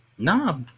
Nah